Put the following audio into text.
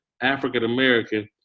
African-American